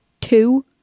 two